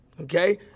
okay